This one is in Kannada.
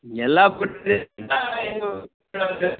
ಎಲ್ಲ